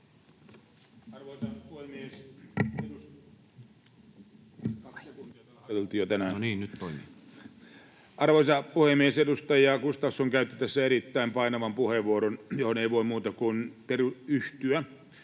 Arvoisa puhemies! Edustaja Gustafsson käytti tässä erittäin painavan puheenvuoron, johon ei voi muuta kuin yhtyä.